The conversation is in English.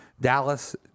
Dallas